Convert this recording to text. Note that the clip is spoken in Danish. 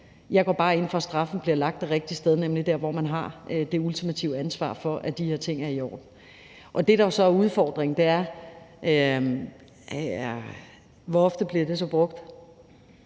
Jeg går bare ind for, at straffen bliver lagt det rigtige sted, nemlig der, hvor man har det ultimative ansvar for, at de her ting er i orden. Det, der jo så er udfordringen, er, hvor ofte det så bliver